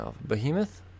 Behemoth